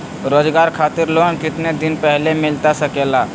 रोजगार खातिर लोन कितने दिन पहले मिलता सके ला?